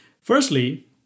Firstly